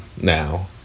now